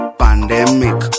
pandemic